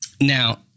Now